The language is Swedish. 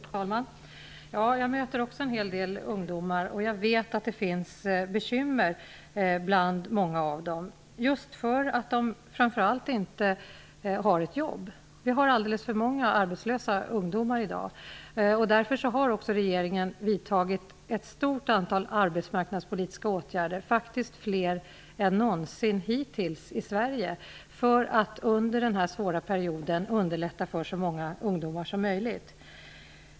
Fru talman! Jag möter också en hel del ungdomar, och jag vet att det finns bekymmer bland många av dem framför allt just för att de inte har ett jobb. Vi har alldeles för många arbetslösa ungdomar i dag. Därför har också regeringen vidtagit ett stort antal arbetsmarknadspolitiska åtgärder -- faktiskt fler än någonsin hittills i Sverige -- för att under denna svåra period underlätta för så många ungdomar som möjligt.